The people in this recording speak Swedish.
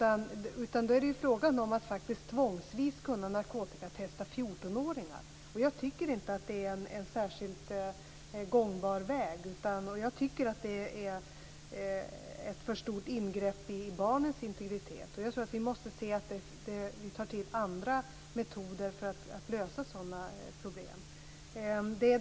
Det är fråga om att tvångsvis kunna narkotikatesta 14-åringar. Jag tycker inte att det är en särskilt framkomlig väg. Jag tycker att det är ett för stort ingrepp i barnens integritet. Vi måste ta till andra metoder för att lösa sådana problem.